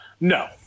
no